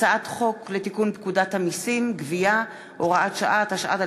הצעת חוק לתיקון פקודת המסים (גבייה) (הוראת שעה),